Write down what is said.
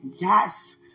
Yes